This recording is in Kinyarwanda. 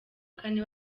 kane